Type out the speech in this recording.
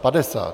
Padesát.